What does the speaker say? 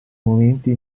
momenti